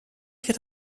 hier